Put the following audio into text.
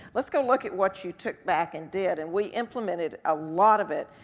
let's go look at what you took back and did, and we implemented a lot of it,